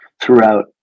throughout